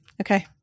okay